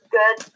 good